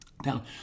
down